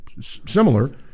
similar